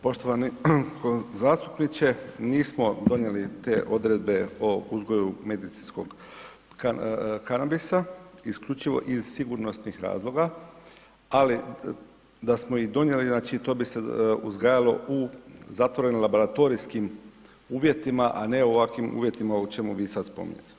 Poštovani zastupniče, nismo donijeli te odredbe o uzgoju medicinskog kanabisa isključivo iz sigurnosnih razloga, ali, da smo ih donijeli, znači, to bi se uzgajalo u zatvorenim laboratorijskim uvjetima, a ne ovakvim uvjetima o čemu vi sad spominjete.